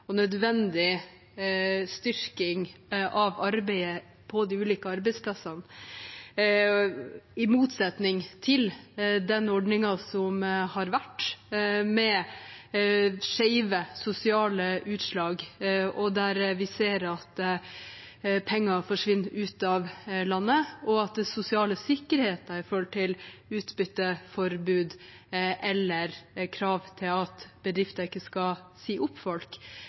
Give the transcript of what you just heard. og nødvendig styrking av arbeidet på de ulike arbeidsplassene – i motsetning til den ordningen som har vært, med skjeve sosiale utslag og der vi ser at penger forsvinner ut av landet, og at det ikke er blitt stilt krav til den sosiale sikkerheten når det gjelder utbytteforbud eller at bedrifter ikke skal si opp folk.